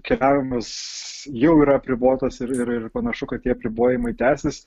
keliavimas jau yra apribotas ir ir ir panašu kad tie apribojimai tęsis